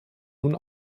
nun